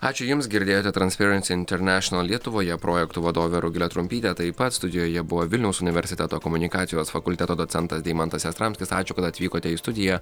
ačiū jiems girdėjote transpieransi internešenal lietuvoje projektų vadovė rugilė trumpytė taip pat studijoje buvo vilniaus universiteto komunikacijos fakulteto docentas deimantas jastramskis ačiū kad atvykote į studiją